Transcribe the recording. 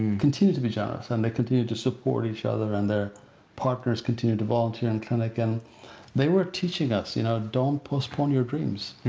continue to be generous, and they continue to support each other and their partners continued to volunteer in clinic and they were teaching us, you know don't postpone your dreams.